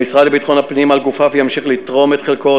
המשרד לביטחון הפנים על גופיו ימשיך לתרום את חלקו,